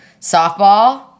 softball